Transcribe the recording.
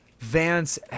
vance